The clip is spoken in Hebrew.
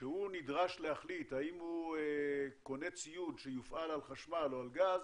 כשהוא נדרש להחליט האם הוא קונה ציוד שיופעל על חשמל או על גז,